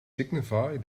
signify